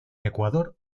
ecuador